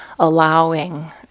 allowing